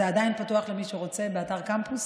זה עדיין פתוח למי שרוצה, באתר קמפוס.